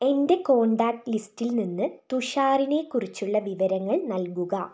എന്റെ കോൺടാക്റ്റ് ലിസ്റ്റിൽ നിന്ന് തുഷാറിനെ കുറിച്ചുള്ള വിവരങ്ങൾ നൽകുക